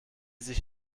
sich